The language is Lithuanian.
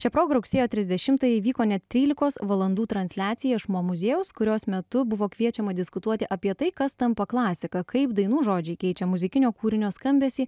šia proga rugsėjo trisdešimtąją įvyko net trylikos valandų transliacija iš mo muziejaus kurios metu buvo kviečiama diskutuoti apie tai kas tampa klasika kaip dainų žodžiai keičia muzikinio kūrinio skambesį